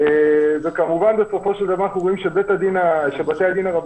כמובן שבסופו של דבר אנחנו רואים שבתי-הדין הרבניים,